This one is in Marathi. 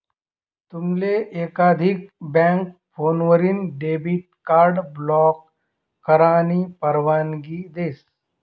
तुमले एकाधिक बँक फोनवरीन डेबिट कार्ड ब्लॉक करानी परवानगी देस